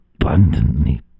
abundantly